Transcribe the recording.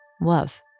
Love